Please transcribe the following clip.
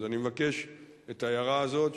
אז אני מבקש את ההערה הזאת,